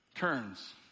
turns